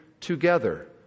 together